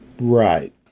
Right